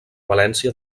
valència